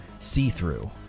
see-through